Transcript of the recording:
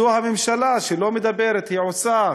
זו הממשלה שלא מדברת, היא עושה.